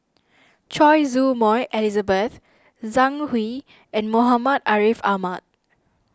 Choy Su Moi Elizabeth Zhang Hui and Muhammad Ariff Ahmad